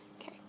Okay